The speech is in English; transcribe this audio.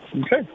Okay